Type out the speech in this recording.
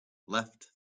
left